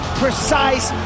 precise